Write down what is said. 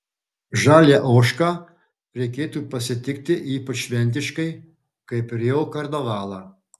žalią ožką reikėtų pasitikti ypač šventiškai kaip rio karnavalą